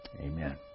amen